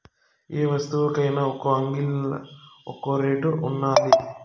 యే వస్తువుకైన ఒక్కో అంగిల్లా ఒక్కో రేటు ఉండాది